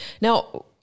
Now